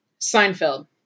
Seinfeld